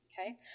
okay